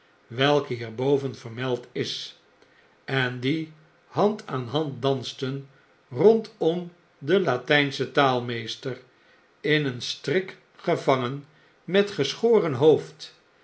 welke hierboven vermeld is en die hand aan hand dansten rondom den latgnschen taalmeester in een strik erevanaen met geschoren hoofd